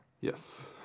Yes